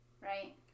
Right